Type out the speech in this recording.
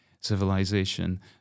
civilization